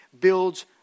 builds